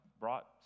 brought